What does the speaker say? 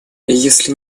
если